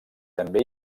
també